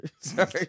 Sorry